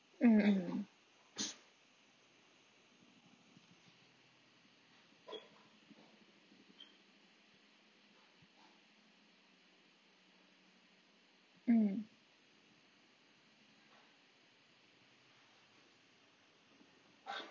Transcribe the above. mm mm mm